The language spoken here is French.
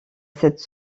cette